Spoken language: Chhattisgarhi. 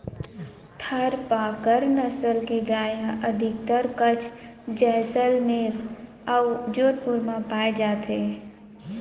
थारपकर नसल के गाय ह अधिकतर कच्छ, जैसलमेर अउ जोधपुर म पाए जाथे